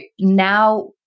now